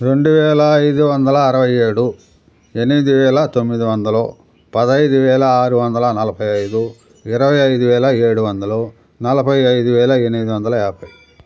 రెండు వేల ఐదు వందల అరవై ఏడు ఎనిమిది వేల తొమ్మిది వందలు పదహైదు వేల ఆరువందల నలభై ఐదు ఇరవై ఐదు వేల ఏడు వందలు నలభై ఐదు వేల ఎనిమిది వందల యాభై